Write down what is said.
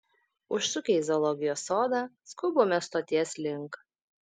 užsukę į zoologijos sodą skubame stoties link